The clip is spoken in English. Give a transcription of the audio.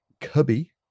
cubby